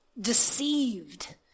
deceived